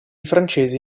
francesi